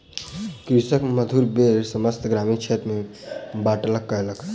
कृषक मधुर बेर समस्त ग्रामीण क्षेत्र में बाँटलक कयलक